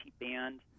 band